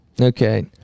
Okay